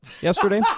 yesterday